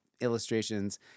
illustrations